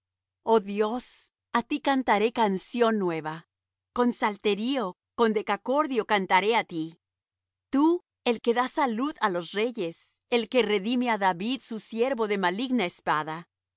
oh dios á ti cantaré canción nueva con salterio con decacordio cantaré á ti tú el que da salud á los reyes el que redime á david su siervo de maligna espada